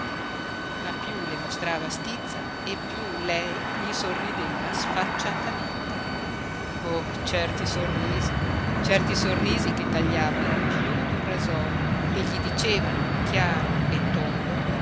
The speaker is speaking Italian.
ma più le mostrava stizza e più lei gli sorrideva sfacciatamente oh certi sorrisi certi sorrisi che tagliavano più d'un rasojo e gli dicevano chiaro e tondo